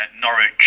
Norwich